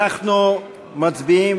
אנחנו מצביעים.